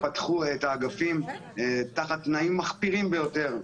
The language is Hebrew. פתחו את האגפים תחת תנאים מחפירים ביותר,